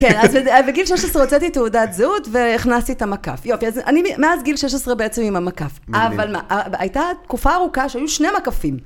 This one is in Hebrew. כן, אז בגיל 16 הוצאתי תעודת זהות והכנסתי את המקף. יופי, אז אני מאז גיל 16 בעצם עם המקף. אבל הייתה תקופה ארוכה שהיו שני מקפים.